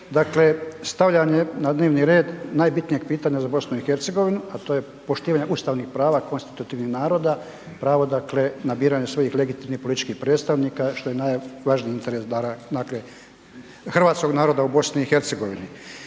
dakle stavljanje na dnevni red najbitnijeg pitanja za BiH, a to je poštivanje ustavnih prava konstitutivnih naroda, pravo dakle na biranje svojih legitimnih političkih predstavnika, što je najvažniji interes …/Govornik se ne